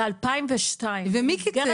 ב-2002.